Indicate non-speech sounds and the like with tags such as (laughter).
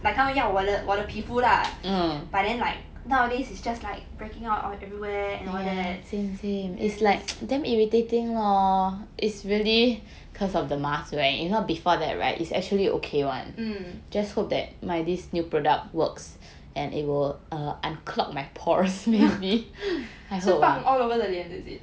like (breath) 他们要我的皮肤 lah but then like nowadays it's just like breaking out everywhere and all that mm (laughs) 是放 all over the 脸 is it